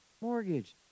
mortgage